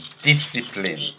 discipline